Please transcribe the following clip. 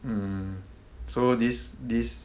mm so this this